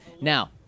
Now